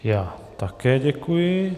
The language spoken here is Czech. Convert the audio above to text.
Já také děkuji.